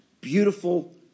beautiful